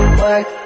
work